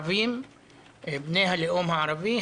בני הלאום הערבי,